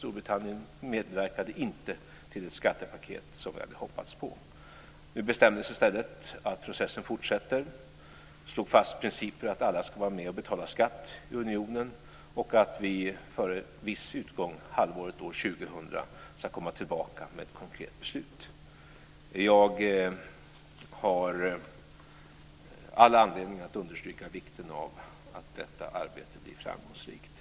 Storbritannien medverkade inte till ett skattepaket som vi hade hoppats på. Det bestämdes i stället att processen fortsätter. Vi slog fast principen att alla ska vara med och betala skatt i unionen, och att vi före en viss utgång - halvåret 2000 - ska komma tillbaka med ett konkret beslut. Jag har all anledning att understryka vikten av att detta arbete blir framgångsrikt.